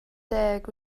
deg